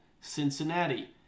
Cincinnati